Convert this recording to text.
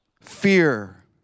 fear